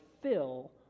fill